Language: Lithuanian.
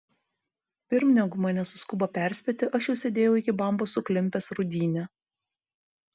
pirm negu mane suskubo perspėti aš jau sėdėjau iki bambos suklimpęs rūdyne